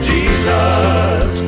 Jesus